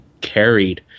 carried